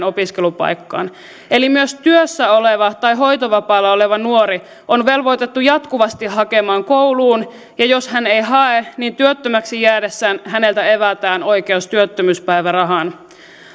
opiskelupaikkaan eli myös työssä oleva tai hoitovapaalla oleva nuori on velvoitettu jatkuvasti hakemaan kouluun ja jos hän ei hae niin työttömäksi jäädessään häneltä evätään oikeus työttömyyspäivärahaan